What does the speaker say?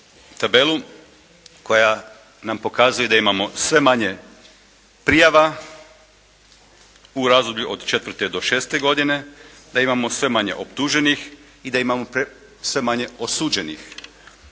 tabelu koja nam pokazuje da imamo sve manje prijava u razdoblju od 4. do 6. godine. Da imamo sve manje optuženih i da imamo sve manje osuđenih.